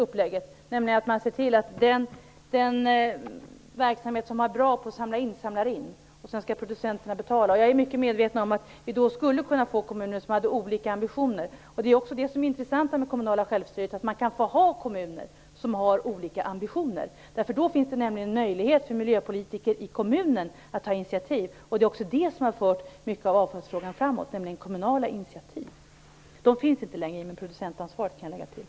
Förslaget går alltså ut på att den instans som är bra på att samla in samlar in, och sedan skall producenterna betala. Jag är mycket medveten om att detta skulle kunna leda till att olika kommuner får olika ambitioner. Men just det, att kommuner kan få ha olika ambitioner, är det intressanta med det kommunala självstyret. Då finns nämligen möjlighet för miljöpolitiker i kommunen att ta initiativ, och det är också till stor del sådana kommunala initiativ som har fört avfallsfrågan framåt. Jag kan lägga till att dessa i och med producentansvaret inte finns längre.